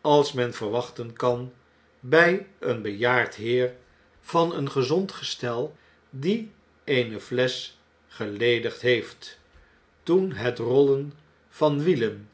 als men verwachten kan bn een bejaard heer van een gezond gestel die eene flesch geledigd heeft toen het rollen van wielen